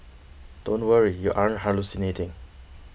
don't worry you aren't hallucinating